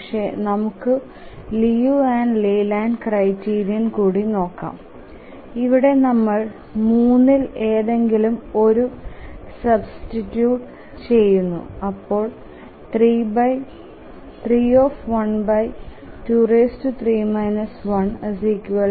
പക്ഷെ നമുക്ക് Liu and Layland criterion കൂടി നോക്കാം ഇവിടെ നമ്മൾ 3ഇൽ ഏതെങ്കിലും ഒന്ന് സബ്സ്റ്റിറ്റുത് ചെയുന്നു അപ്പോൾ 3123 10